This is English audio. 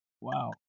Wow